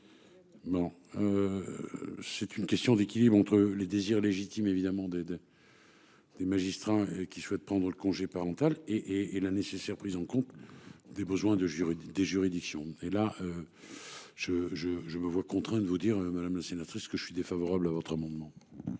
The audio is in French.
Non. C'est une question d'équilibre entre les désirs légitimes évidemment des aide. Des magistrats qui souhaitent prendre congé parental et et la nécessaire prise en compte. Des besoins de juridique des juridictions et là. Je je je me vois contraint de vous dire madame la sénatrice, que je suis défavorable à votre amendement.